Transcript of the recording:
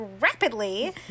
rapidly